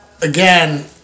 Again